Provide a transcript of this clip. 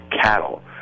cattle